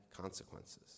consequences